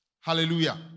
Hallelujah